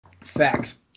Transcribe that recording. Facts